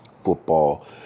football